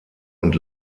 und